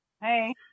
Hey